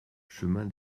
chemin